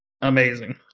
amazing